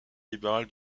libéral